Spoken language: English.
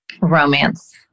Romance